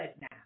now